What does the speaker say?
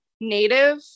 native